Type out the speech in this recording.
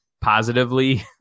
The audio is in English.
positively